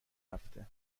هفته